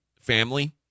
family